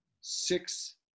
six